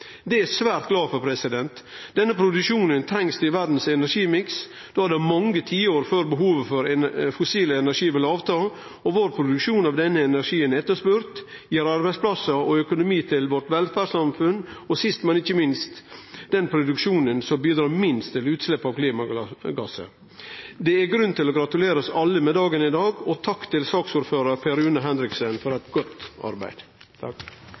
er eg svært glad for. Denne produksjonen trengst i energimiksen i verda, då det er mange tiår før behovet for fossil energi vil bli lågare, og vår produksjon av denne energien er etterspurd, gir arbeidsplassar og økonomi til velferdssamfunnet vårt, og sist, men ikkje minst til den produksjonen som bidreg minst til utslepp av klimagassar. Det er grunn til å gratulere oss alle med dagen i dag, og takk til saksordførar Per Rune Henriksen for eit godt arbeid.